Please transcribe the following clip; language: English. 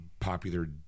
popular